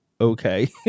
okay